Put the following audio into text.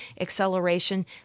acceleration